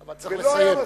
אבל צריך לסיים.